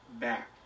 back